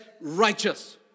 Righteous